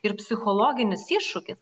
ir psichologinis iššūkis